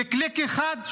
בקליק אחד,